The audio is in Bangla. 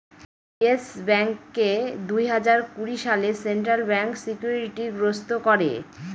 ইয়েস ব্যাঙ্ককে দুই হাজার কুড়ি সালে সেন্ট্রাল ব্যাঙ্ক সিকিউরিটি গ্রস্ত করে